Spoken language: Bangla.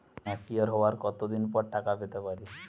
ম্যাচিওর হওয়ার কত দিন পর টাকা পেতে পারি?